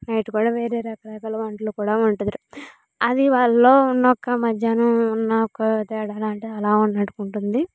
night కూడా వేరే రకరకాల వంటలు కూడా ఉంటుంది అది వాళ్ళలో ఉన్న ఒక మధ్యాహ్నం ఉన్న ఒక తేడా అలా ఉన్నట్టు ఉంటుంది